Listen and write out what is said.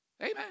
Amen